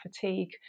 fatigue